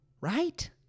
right